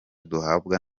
duhabwa